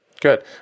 Good